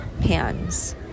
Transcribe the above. pans